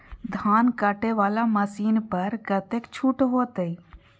धान कटे वाला मशीन पर कतेक छूट होते?